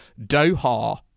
Doha